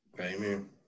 Amen